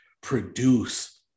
produce